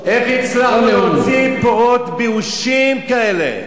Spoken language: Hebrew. איך הצלחנו להוציא פירות באושים כאלה?